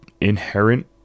inherent